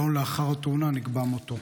יום לאחר התאונה נקבע מותו.